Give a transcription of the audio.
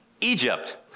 Egypt